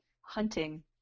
hunting